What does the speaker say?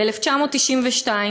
"ב-1992,